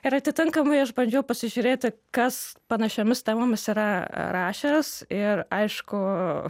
ir atitinkamai aš bandžiau pasižiūrėti kas panašiomis temomis yra rašęs ir aišku